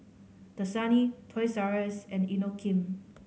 Dasani Toys R Us and Inokim